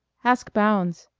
ask bounds,